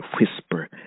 whisper